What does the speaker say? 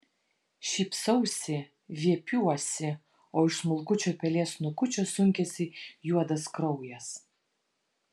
šypsausi viepiuosi o iš smulkučio pelės snukučio sunkiasi juodas kraujas